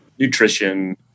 nutrition